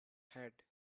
head